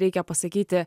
reikia pasakyti